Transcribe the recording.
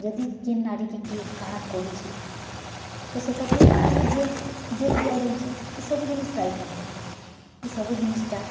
ଯଦି କିନ୍ ନାରୀ କି କିଏ କାଣା କରୁଛି ତ ସେତାକେ ଖାଲି ଜେଲ୍ ଜେଲ୍ ଦିଆଯାଉଛି ଏ ସବୁ ଜିନିଷ୍ ରାଇଟ୍ ହେଉନି ଏ ସବୁ ଜିନିଷ୍ଟା